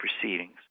proceedings